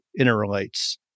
interrelates